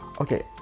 Okay